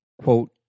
quote